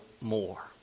more